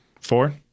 Four